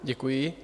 Děkuji.